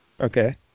Okay